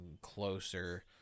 closer